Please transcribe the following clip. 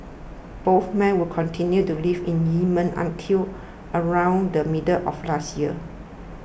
both men would continue to live in Yemen until around the middle of last year